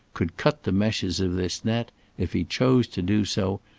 could cut the meshes of this net if he chose to do so,